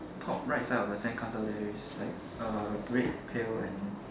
top right side of the sandcastle there is like a red pail and